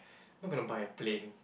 not gonna buy a plane